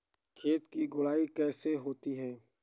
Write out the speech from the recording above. खेत की गुड़ाई कैसे होती हैं?